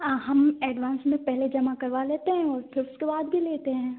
हाँ हम एडवांस में पहले जमा करवा लेते हैं उसके उसके बाद भी लेते हैं